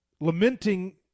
lamenting